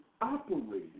operating